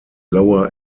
lower